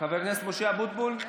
חבר הכנסת משה אבוטבול,